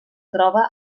troba